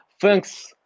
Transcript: Thanks